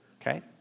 Okay